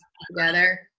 together